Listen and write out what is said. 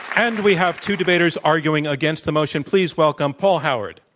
and we have two debaters arguing against the motion. please welcome paul howard.